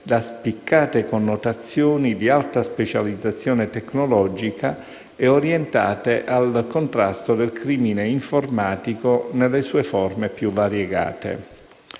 da spiccate connotazioni di alta specializzazione tecnologica e orientate al contrasto del crimine informatico nelle sue forme più variegate.